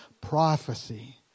prophecy